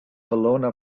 bologna